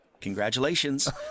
Congratulations